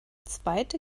zweite